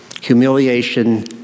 Humiliation